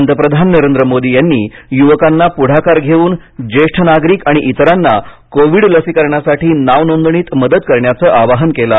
पंतप्रधान नरेंद्र मोदी यांनी युवकांना पुढाकार घेऊन ज्येष्ठ नागरिक आणि इतरांना कोविड लसीकरणासाठी नाव नोंदणीत मदत करण्याचं आवाहन केलं आहे